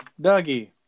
Dougie